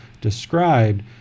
described